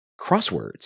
crosswords